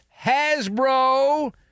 Hasbro